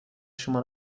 شما